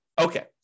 Okay